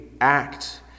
act